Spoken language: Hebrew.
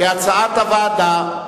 כהצעת הוועדה.